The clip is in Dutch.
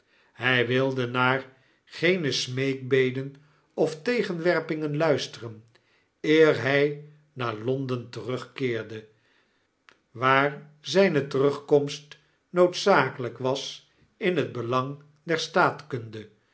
hi wildt naar geene smeekbeden of tegenwerpingen luisteren eer hy naar l o n d e n terugkeerde waar zpe terugkomst noodzakelyk was in het belang der